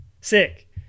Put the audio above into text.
Sick